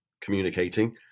communicating